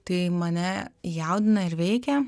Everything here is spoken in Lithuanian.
tai mane jaudina ir veikia